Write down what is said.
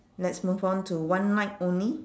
let's move on to one night only